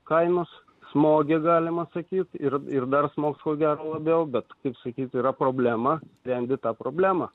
kainos smogė galima sakyti ir ir dar smogs ko gero labiau bet taip sakyti yra problema lengviau tą problemą